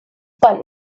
but